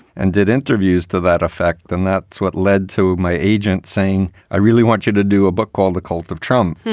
and did interviews to that effect then. that's what led to my agent saying i really want you to do a book called the cult of trump.